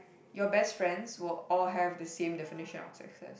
your best friends will all have the same definition of sexes